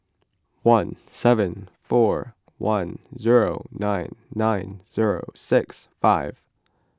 one seven four one zero nine nine zero six five